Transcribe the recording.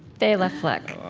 bela fleck